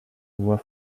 voix